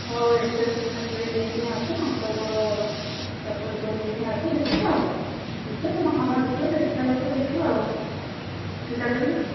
ହେଉ experience certificate ନେଇକିନି ଆସ ତୁମର ଡକୁମେଣ୍ଟ ସବୁ ନେଇକି ଆସ ଦେଖିବା ଆଉ ଦେଖିବା ତୁମ କାମ ଦେଖିବା ଦେଖିସାରିଲା ପରେ ଦେଖିବା ଆଉ ଚିନ୍ତା କରିବା